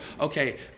okay